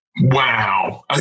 Wow